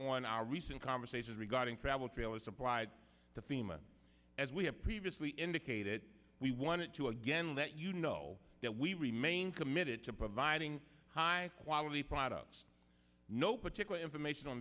on our recent conversations regarding travel trailers supplied to fema as we have previously indicated we want to again let you know that we remain committed to providing high quality products no particular information